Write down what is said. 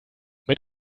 mit